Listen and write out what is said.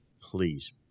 please